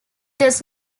does